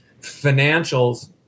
financials